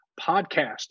podcast